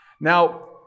Now